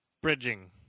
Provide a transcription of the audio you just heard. bridging